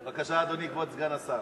בבקשה, אדוני כבוד סגן השר.